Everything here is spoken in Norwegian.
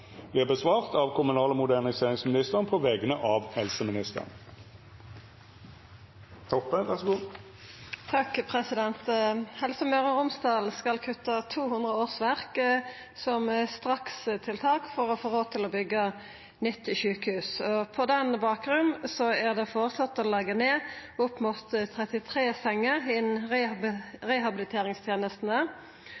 av kommunal- og moderniseringsministeren på vegner av helseministeren. «Helse Møre og Romsdal skal kutte 200 årsverk som strakstiltak for å få råd til å byggje nytt sjukehus. På denne bakgrunn er det foreslått å leggje ned opp mot 33 senger innan